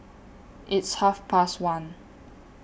its Half Past one